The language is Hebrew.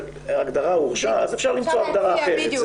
ההגדרה היא הורשע אז אפשר למצוא הגדרה אחרת,